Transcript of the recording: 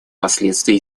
последствий